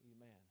amen